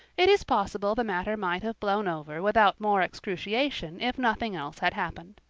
it is possible the matter might have blown over without more excruciation if nothing else had happened.